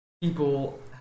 people